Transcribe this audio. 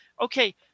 Okay